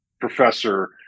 professor